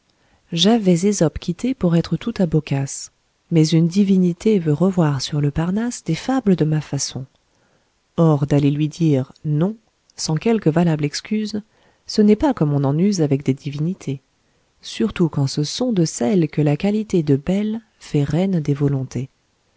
ésope quitté pour être tout à boccace mais une divinité veut revoir sur le parnasse des fables de ma façon or d'aller lui dire non sans quelque valable excuse ce n'est pas comme on en use avec des divinités surtout quand ce sont de celles que la qualité de belles fait reines des volontés